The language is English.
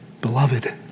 Beloved